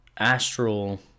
Astral